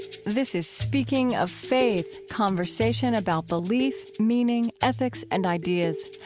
this is speaking of faith, conversation about belief, meaning, ethics and ideas.